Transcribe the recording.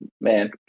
Man